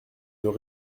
nos